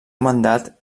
mandat